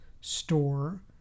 store